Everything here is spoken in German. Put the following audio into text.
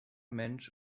mensch